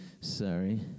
Sorry